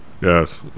yes